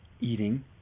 eating